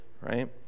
right